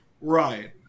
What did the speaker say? Right